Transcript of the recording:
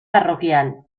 parroquial